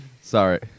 Sorry